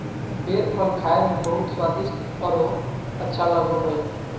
बेर फल खाए में बहुत स्वादिस्ट औरो अच्छा लगो हइ